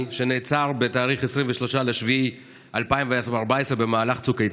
שנעצר ב-23 ביולי 2014 במהלך צוק איתן,